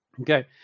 okay